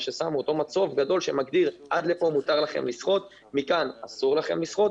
אותו מצוף גדול שמגדיר שעד לכאן מותר לכם לשחות ומכאן אסור לכם לשחות,